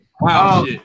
Wow